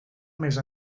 més